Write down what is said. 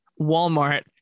Walmart